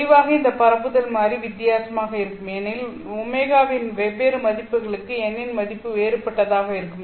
தெளிவாக இந்த பரப்புதல் மாறிலி வித்தியாசமாக இருக்கும் ஏனெனில் ω வின் வெவ்வேறு மதிப்புகளுக்கு n இன் மதிப்பு வேறுபட்டதாக இருக்கும்